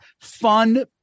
fun